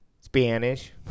Spanish